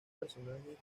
personajes